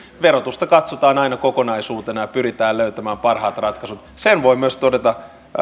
verotusta katsotaan aina kokonaisuutena ja pyritään löytämään parhaat ratkaisut sen voin myös todeta